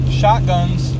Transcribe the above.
shotguns